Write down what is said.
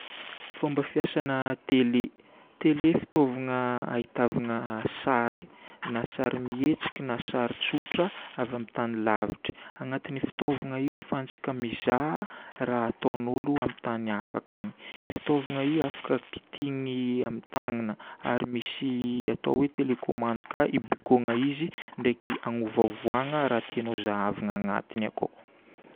Fomba fiasana télé. Télé fitaovagna ahitavana sary. Na sary mihetsiky na sary tsotra avy amin'ny tany lavitry. Agnatin'io fitaovagna io ahafahantsika mizaha raha ataon'olo amin'ny tany hafa akagny. Fitaovagna io afaka kitihiny amin'ny tagnana ary misy atao hoe télécommande ka ibaikoana izy ndraiky anovaovagna raha tianao zahavina agnatiny akao.